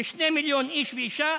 כ-2 מיליון איש ואישה,